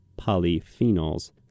polyphenols